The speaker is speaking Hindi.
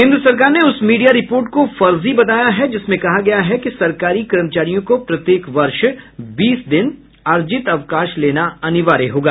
केन्द्र सरकार ने उस मीडिया रिपोर्ट को फर्जी बताया है जिसमें कहा गया है कि सरकारी कर्मचारियों को प्रत्येक वर्ष बीस दिन अर्जित अवकाश लेना अनिवार्य होगा